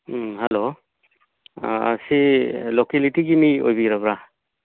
hello ꯁꯤ ꯂꯣꯀꯦꯂꯤꯇꯤꯒꯤ ꯃꯤ ꯑꯣꯏꯕꯤꯔꯕ꯭ꯔꯥ